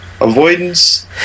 avoidance